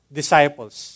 disciples